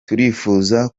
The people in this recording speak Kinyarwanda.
turifuza